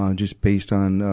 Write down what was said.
um just based on, ah,